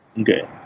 Okay